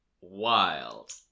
wild